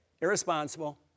Irresponsible